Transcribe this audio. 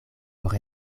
por